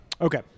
Okay